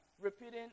Repeating